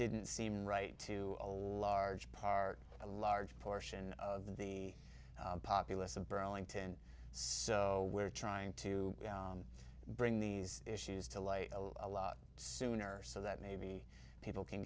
didn't seem right to a large part a large portion of the populace of burlington so we're trying to bring these issues to light a lot sooner so that maybe people can